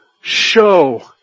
show